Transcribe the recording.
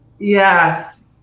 Yes